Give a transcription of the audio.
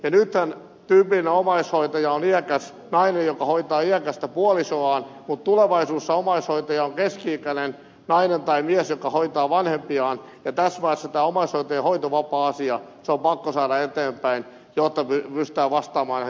nythän tyypillinen omaishoitaja on iäkäs nainen joka hoitaa iäkästä puolisoaan mutta tulevaisuudessa omaishoitaja on keski ikäinen nainen tai mies joka hoitaa vanhempiaan ja tässä vaiheessa tämä omaishoitajan hoitovapaa asia on pakko saada eteenpäin jotta pystytään vastaamaan näihin tulevaisuuden ongelmiin